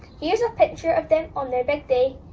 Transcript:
here's a picture of them on their big day.